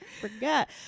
Forgot